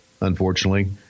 unfortunately